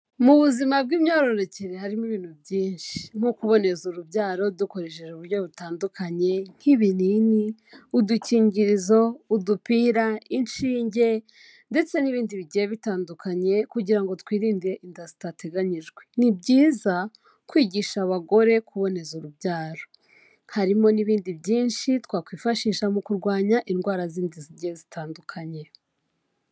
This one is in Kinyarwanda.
Mu buzima bw'imyororokere harimo ibintu byinshi nko kuboneza urubyaro dukoresheje uburyo butandukanye nk'ibinini, udukingirizo, udupira, inshinge ndetse n'ibindi bigiye bitandukanye kugira ngo twirinde inda zitateganyijwe. Ni byiza, kwigisha abagore kuboneza urubyaro. Harimo n'ibindi byinshi twakwifashisha mu kurwanya indwara zindi zigiye zitandukanye.